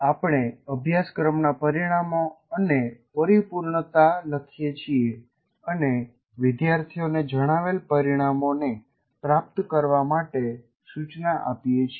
આપણે અભ્યાસક્રમનાં પરિણામો અને પરિપૂર્ણતા લખીએ છીએ અને વિદ્યાર્થીઓને જણાવેલ પરિણામોને પ્રાપ્ત કરવા માટે સુચના આપીએ છીએ